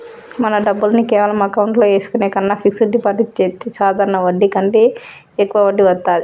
మన డబ్బుల్ని కేవలం అకౌంట్లో ఏసుకునే కన్నా ఫిక్సడ్ డిపాజిట్ చెత్తే సాధారణ వడ్డీ కంటే యెక్కువ వడ్డీ వత్తాది